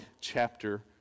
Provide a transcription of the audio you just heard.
chapter